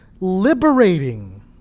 liberating